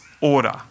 order